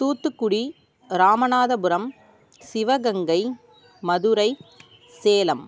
Thoothukudi Ramanathapuram Sivaganga Madurai Salem